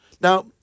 Now